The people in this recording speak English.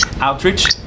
Outreach